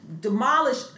Demolish